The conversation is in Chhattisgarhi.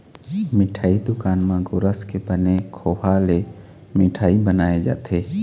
मिठई दुकान म गोरस के बने खोवा ले मिठई बनाए जाथे